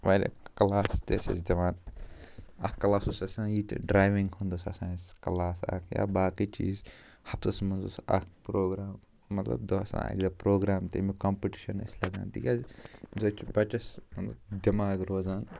واریاہ کلاس تہِ ٲسۍ أسۍ دِوان اَکھ کلاس اوس آسان یِتہٕ ڈرٛوِنٛگ ہُنٛد اوس آسان اَسہِ کلاس اَکھ یا باقٕے چیٖز ہفتَس منٛز اوس اَکھ پرٛوگرام مطلب دۄہ آسان اسہِ پرٛوگرام تَمیُک کَمپِٹِشَن ٲسۍ لگان تِکیٛازِ اَمہِ سۭتۍ چھِ بَچَس دٮ۪ماغ روزان